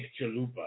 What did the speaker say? Chalupa